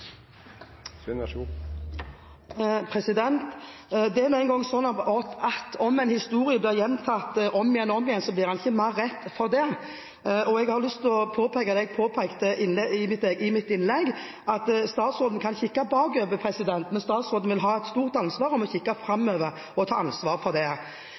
er nå engang slik at om en historie gjentas om igjen og om igjen, så blir den ikke mer rett for det. Jeg påpekte i mitt innlegg at statsråden kan kikke bakover, men statsråden vil ha et stort ansvar for å kikke framover og ta ansvar for det.